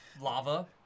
Lava